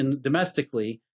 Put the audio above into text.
domestically